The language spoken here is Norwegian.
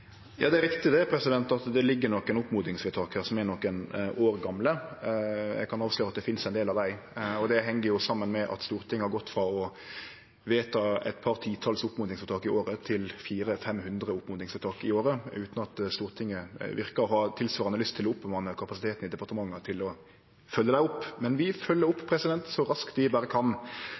Ja, det er riktig at det ligg nokre oppmodingsvedtak her som er nokre år gamle. Eg kan avsløre at det finst ein del av dei, og det heng jo saman med at Stortinget har gått frå å vedta eit par titals oppmodingsvedtak i året til 400–500, utan at Stortinget verkar å ha tilsvarande lyst til å bemanne opp kapasiteten i departementa til å følgje dei opp. Men vi følgjer opp så raskt vi berre kan,